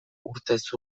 urtez